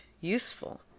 useful